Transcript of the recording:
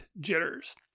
Jitters